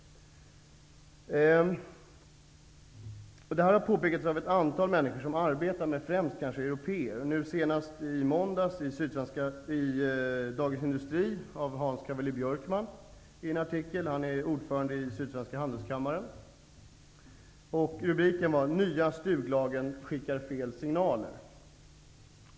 Det här har påpekats av ett antal människor som har arbetat med främst européer, senast i måndags i en artikel i Dagens Industri av Hans Cavalli Handelskammaren. Rubriken lyder: ''Nya stuglagen skickar fel signaler''.